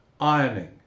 ironing